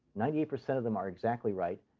ninety eight percent of them are exactly right,